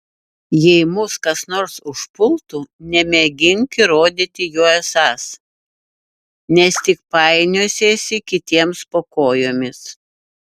jei mus kas nors užpultų nemėgink įrodyti juo esąs nes tik painiosiesi kitiems po kojomis